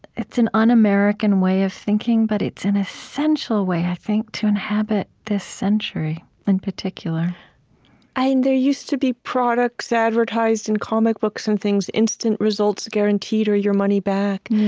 it's an un-american way of thinking, but it's an essential way, i think, to inhabit this century in particular and there used to be products advertised in comic books and things, instant results guaranteed or your money back.